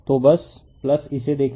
तोबस इसे देखें